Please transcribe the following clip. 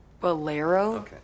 bolero